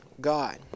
God